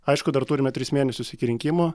aišku dar turime tris mėnesius iki rinkimų